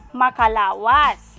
makalawas